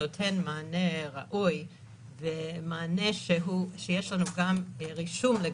נותנת מענה ראוי ומענה שיש לנו גם רישום לגביו.